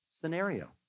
scenario